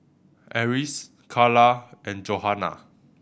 Eris Carla and Johannah